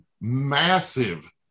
massive